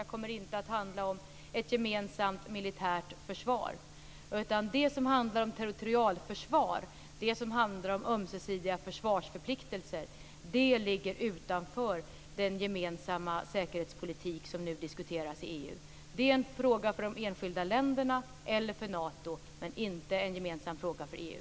Det kommer inte att handla om ett gemensamt militärt försvar, utan det som handlar om territorialförsvar och om ömsesidiga försvarsförpliktelser ligger utanför den gemensamma säkerhetspolitik som nu diskuteras i EU. Det är en fråga för de enskilda länderna eller för Nato, inte en gemensam fråga för EU.